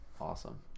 awesome